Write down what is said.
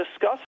discuss